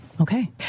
Okay